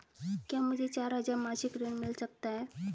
क्या मुझे चार हजार मासिक ऋण मिल सकता है?